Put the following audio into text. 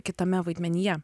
kitame vaidmenyje